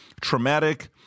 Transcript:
traumatic